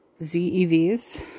ZEVs